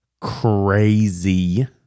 crazy